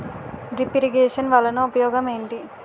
drip irrigation వలన ఉపయోగం ఏంటి